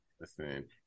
Listen